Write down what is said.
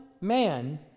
man